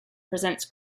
presents